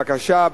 בבקשה,